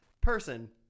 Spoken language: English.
person